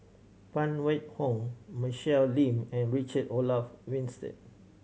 Phan Wait Hong Michelle Lim and Richard Olaf Winstedt